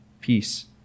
peace